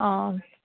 অঁ